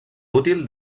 útil